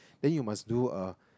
then you must do a